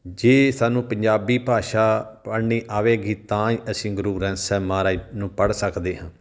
ਜੇ ਸਾਨੂੰ ਪੰਜਾਬੀ ਭਾਸ਼ਾ ਪੜ੍ਹਨੀ ਆਵੇਗੀ ਤਾਂ ਹੀ ਅਸੀਂ ਗੁਰੂ ਗ੍ਰੰਥ ਸਾਹਿਬ ਮਹਾਰਾਜ ਨੂੰ ਪੜ੍ਹ ਸਕਦੇ ਹਾਂ